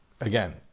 again